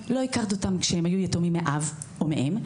לא הכרת אותם כשהם היו יתומים מאב או מאם,